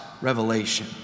revelation